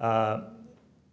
evidence